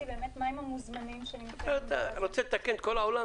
לתקנות אלו.